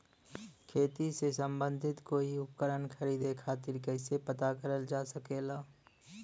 खेती से सम्बन्धित कोई उपकरण खरीदे खातीर कइसे पता करल जा सकेला?